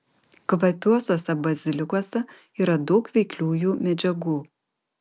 kvapiuosiuose bazilikuose yra daug veikliųjų medžiagų